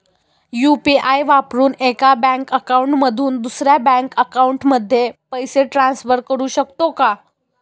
UPI वापरून एका bank account मधून दुसऱ्या बँक अकाउंटमध्ये पैसे ट्रान्सफर करू शकतो का?